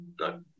No